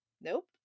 Nope